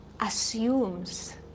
assumes